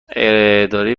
اداره